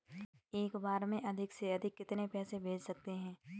एक बार में अधिक से अधिक कितने पैसे भेज सकते हैं?